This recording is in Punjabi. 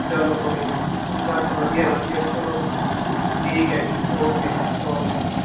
ਚਲੋ ਕੋਈ ਨੀ ਬਸ ਵਧੀਆ ਵਧੀਆ ਚਲੋ ਠੀਕ ਹੈ ਜੀ ਓਕੇ ਜੀ ਓਕੇ ਓਕੇ